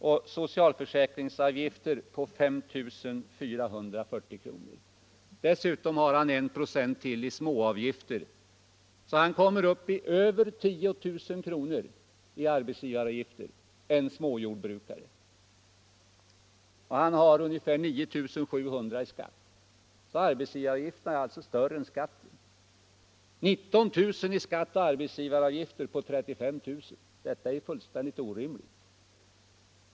och socialförsäkringsavgifter på 5 440 kr. Dessutom har han 1 96 till i småavgifter. Han kommer upp i över 10 000 kr. i arbetsgivaravgifter — en småjordbrukare t.ex. — och han har ungefär 9 700 kr. i skatt. Arbetsgivaravgifterna är alltså större än skatten. 19 000 kr. i skatt och arbetsgivaravgifter på 35 000 kr.! Detta är fullständigt orimligt!